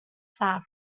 far